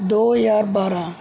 ਦੋ ਹਜ਼ਾਰ ਬਾਰ੍ਹਾਂ